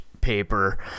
paper